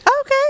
Okay